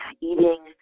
eating